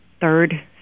third